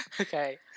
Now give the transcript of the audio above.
Okay